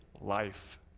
life